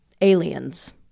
Aliens